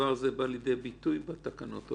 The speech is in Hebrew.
הדבר הזה בא לידי ביטוי בתקנות או לא.